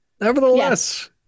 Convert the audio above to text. nevertheless